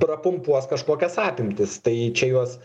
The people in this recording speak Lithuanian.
prapumpuos kažkokias atimtis tai čia juos